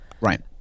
Right